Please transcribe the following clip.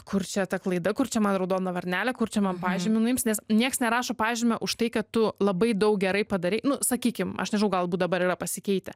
kur čia ta klaida kur čia man raudona varnelė kur čia man pažymį nuims nes nieks nerašo pažymio už tai kad tu labai daug gerai padarei nu sakykim aš nežinau galbūt dabar yra pasikeitę